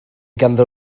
ganddo